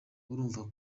urumva